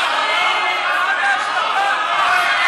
הרבה זמן.